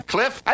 Cliff